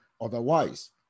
otherwise